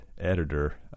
editor